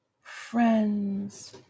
friends